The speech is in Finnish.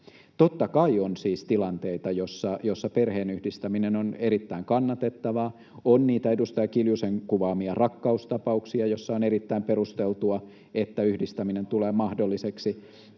Totta kai on siis tilanteita, joissa perheenyhdistäminen on erittäin kannatettavaa — on niitä edustaja Kiljusen kuvaamia rakkaustapauksia, joissa on erittäin perusteltua, että yhdistäminen tulee mahdolliseksi